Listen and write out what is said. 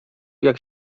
jak